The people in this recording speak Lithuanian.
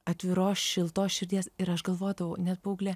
atviros šiltos širdies ir aš galvodavau net paauglė